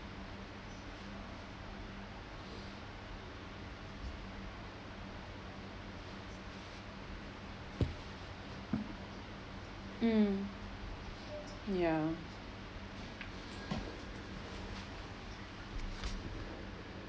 mm ya